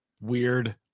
weird